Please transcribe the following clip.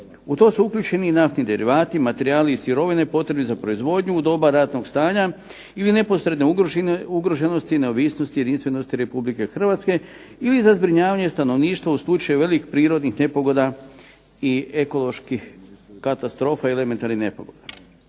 U to su uključeni i naftni derivati, materijali i sirovine potrebni za proizvodnju u doba ratnog stanja, ili neposredne ugroženosti, neovisnosti i jedinstvenosti Republike Hrvatske ili za zbrinjavanje stanovništva u slučaju velikih prirodnih nepogoda i ekoloških katastrofa i elementarnih nepogoda.